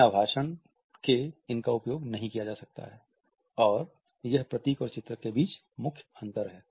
बिना भाषण के इनका उपयोग नहीं किया जा सकता है और यह प्रतीक और चित्रक के बीच प्रमुख अंतर है